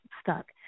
stuck